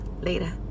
Later